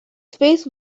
space